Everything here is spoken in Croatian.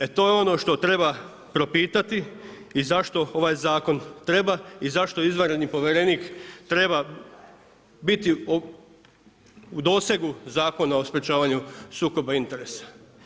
E, to je ono što treba propitati i zašto ovaj Zakon i zašto izvanredni povjerenik treba biti u dosegu Zakona o sprečavanju sukoba interesa.